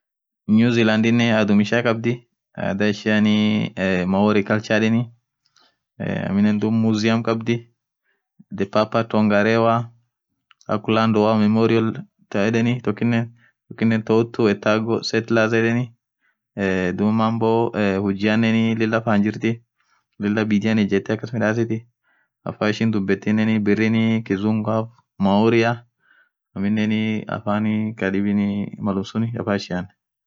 Newziland adhum ishia khabdhii adhaa ishianiii morine culture yedheni eee aminen dhub mziam khabdhii the papeton gharewa aculand land memorion thaa yedheni tokinen taa uttu etagho settlaz yedheni ee dhub mambo hujianen lila fan jirti lila bidian ijethee akas midhasithi afan ishin dhubethinen berrin kizunguaf mauraaa aminen afanii kadhibini malum sunn affan ishian